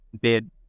bid